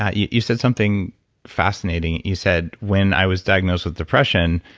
ah you you said something fascinating. you said, when i was diagnosed with depression,